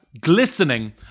glistening